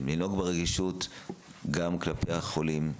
לנהוג ברגישות גם כלפי החולים המאושפזים,